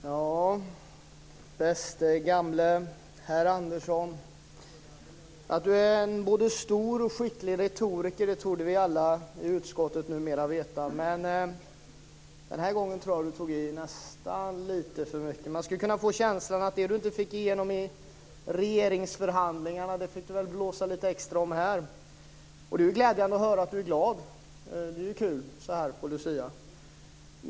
Fru talman! Bäste, gamle herr Andersson! Att han är en både stor och skicklig retoriker torde vi alla i utskottet numera veta. Men den här gången tror jag att han nästan tog i lite för mycket. Man skulle kunna få känslan att det han inte fick igenom i regeringsförhandlingarna fick han blåsa lite extra om här. Det är glädjande att höra att Hans Andersson är glad. Det är kul, så här på lucia.